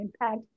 impact